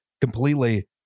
completely